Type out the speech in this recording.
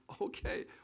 okay